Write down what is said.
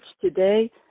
today